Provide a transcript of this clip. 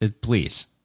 Please